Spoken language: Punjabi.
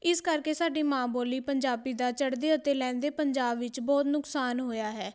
ਇਸ ਕਰਕੇ ਸਾਡੀ ਮਾਂ ਬੋਲੀ ਪੰਜਾਬੀ ਦਾ ਚੜ੍ਹਦੇ ਅਤੇ ਲਹਿੰਦੇ ਪੰਜਾਬ ਵਿੱਚ ਬਹੁਤ ਨੁਕਸਾਨ ਹੋਇਆ ਹੈ